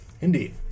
Indeed